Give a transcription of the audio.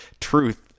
truth